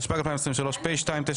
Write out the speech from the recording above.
התשפ"ג 2023 (פ/2964/25),